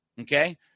okay